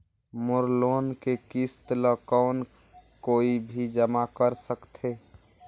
मोर loan के किस्त ल कौन कोई भी जमा कर सकथे?